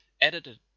edited